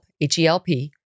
H-E-L-P